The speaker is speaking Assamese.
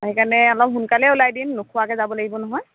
অঁ সেইকাৰণে অলপ সোনকালেই ওলাই দিম নোখোৱাকৈ যাব লাগিব নহয়